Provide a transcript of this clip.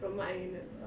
from what I remember